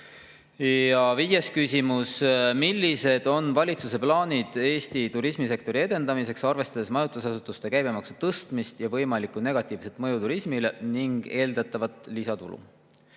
Ja viies küsimus: "Millised on valitsuse plaanid Eesti turismisektori edendamiseks, arvestades majutusasutuste käibemaksu tõstmist ja võimalikku negatiivset mõju turismile ning eeldatavat lisatulu?"